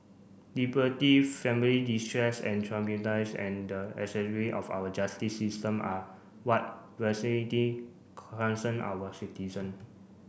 liberty family distress and and the of our justice system are what concern our citizen